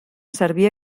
servir